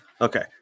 Okay